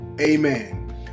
Amen